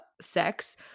sex